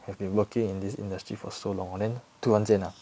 have been working in this industry for so long then 突然间 ah